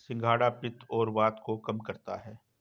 सिंघाड़ा पित्त और वात को कम करता है